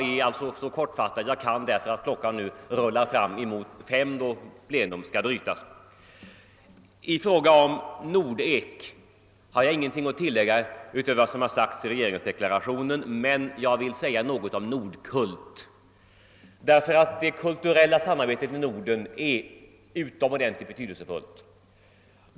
Jag skall bli så kortfattad som möjligt eftersom klockan närmar sig 17, då plenum skall brytas. I fråga om Nordek har jag ingenting att tillägga utöver vad som framhållits i regeringsdeklarationen, men jag vill säga några ord om Nordkult. Det kulturella samarbetet inom Norden är nämligen utomordentligt betydelsefullt.